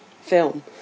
film